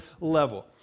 level